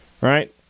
right